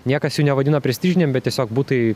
niekas jų nevadina prestižinėm bet tiesiog butai